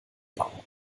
bau